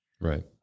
Right